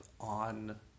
on